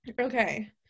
okay